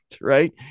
right